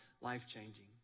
life-changing